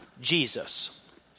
Jesus